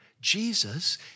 Jesus